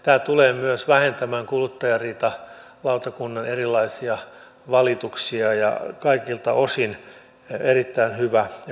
tämä tulee myös vähentämään kuluttajariitalautakunnan erilaisia valituksia ja on kaikilta osin erittäin hyvä ja kannatettava muutos